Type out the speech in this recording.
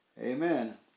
Amen